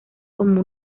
como